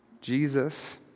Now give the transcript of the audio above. Jesus